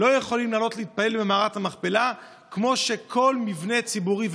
לא יכולים לעלות להתפלל במערכת המכפלה כמו שכל מבנה ציבורי,